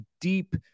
deep